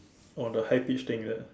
oh the high pitched thing is it